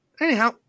Anyhow